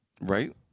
Right